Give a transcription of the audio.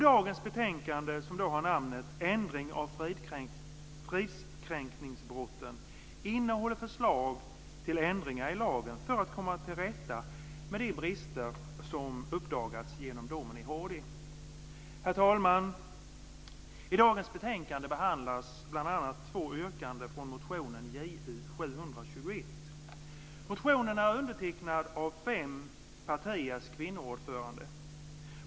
Dagens betänkande, som har namnet Ändring av fridskränkningsbrotten, innehåller förslag till ändringar i lagen för att komma till rätta med de brister som uppdagats genom domen i HD. Herr talman! I dagens betänkande behandlas bl.a. två yrkanden från motionen Ju721. Motionen är undertecknad av ordförandena för fem partiers kvinnoförbund.